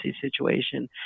situation